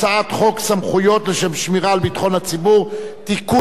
הצעת חוק סמכויות לשם שמירה על ביטחון הציבור (תיקון,